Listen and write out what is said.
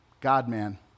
God-man